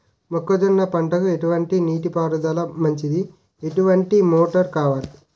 మొక్కజొన్న పంటకు ఎటువంటి నీటి పారుదల మంచిది? ఎటువంటి మోటార్ వాడాలి?